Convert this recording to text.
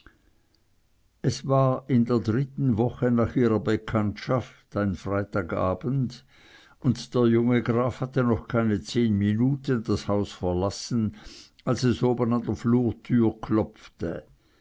es war in der dritten woche nach ihrer bekanntschaft ein freitagabend und der junge graf hatte noch keine zehn minuten das haus verlassen als es oben an der flurtür klopfte